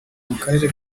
mukarere